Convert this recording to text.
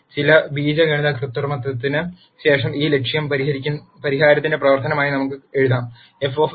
ചില ബീജഗണിത കൃത്രിമത്വത്തിന് ശേഷം ഈ ലക്ഷ്യം പരിഹാരത്തിന്റെ പ്രവർത്തനമായി നമുക്ക് എഴുതാം f